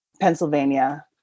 Pennsylvania